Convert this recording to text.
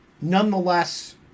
nonetheless